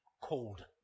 called